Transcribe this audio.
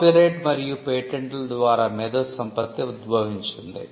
copyright మరియు patent ల ద్వారా మేధో సంపత్తి ఉద్భవించింది